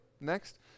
Next